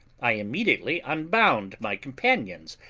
i immediately unbound my companions,